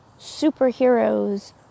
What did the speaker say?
superheroes